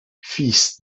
fils